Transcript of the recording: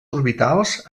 orbitals